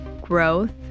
growth